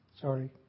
Sorry